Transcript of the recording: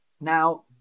Now